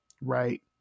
Right